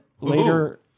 later